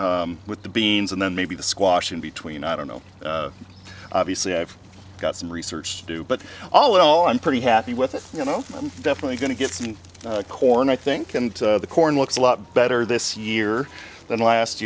corn with the beans and then maybe the squash in between i don't know obviously i've got some research to do but all well i'm pretty happy with it you know i'm definitely going to get some corn i think and the corn looks a lot better this year than last